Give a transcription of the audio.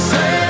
Say